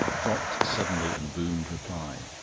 dropped suddenly and boomed reply.